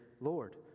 Lord